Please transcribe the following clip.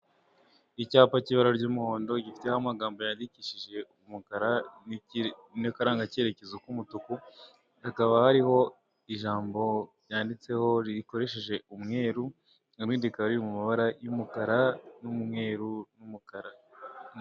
Icyapa cy'ibara ry'umuhondo gifiteho amagambo yandikishije umukara n'akaranga cyerekezo k'umutuku, hakaba hariho ijambo ryanditseho rikoresheje umweru irindi rikabari mu mabara y'umukara n'umweru n'umukara.